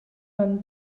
beim